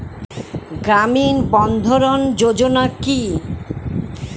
গ্রামীণ বন্ধরন যোজনা কি?